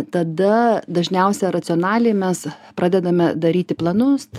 tada dažniausia racionaliai mes pradedame daryti planus